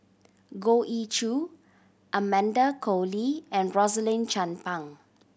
Goh Ee Choo Amanda Koe Lee and Rosaline Chan Pang